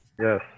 Yes